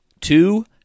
two